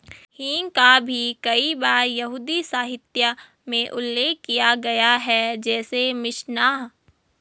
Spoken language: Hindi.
हींग का भी कई बार यहूदी साहित्य में उल्लेख किया गया है, जैसे मिशनाह